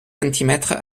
centimètres